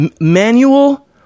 manual